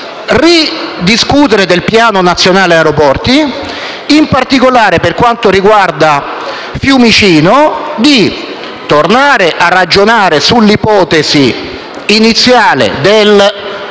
ridiscutere del Piano nazionale aeroporti; in particolare per quanto riguarda Fiumicino, tornare a ragionare sull'ipotesi iniziale del